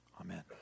Amen